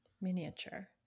Miniature